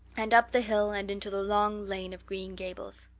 and up the hill and into the long lane of green gables.